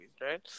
right